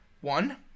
one